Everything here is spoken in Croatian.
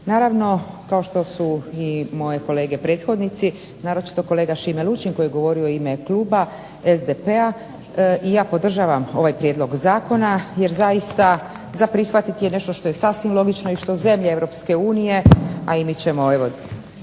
Naravno kao što su i moje kolege prethodnici naročito Šime Lučin koji je govorio u ime kluba SDP-a ja podržavam ovaj prijedlog zakona jer zaista je za prihvatiti nešto što je sasvim logično i što zemlje EU, a i mi ćemo